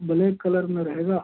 black colour में रहेगा